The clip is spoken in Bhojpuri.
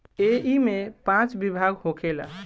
ऐइमे पाँच विभाग होखेला